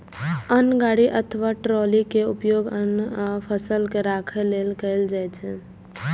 अन्न गाड़ी अथवा ट्रॉली के उपयोग अन्न आ फसल के राखै लेल कैल जाइ छै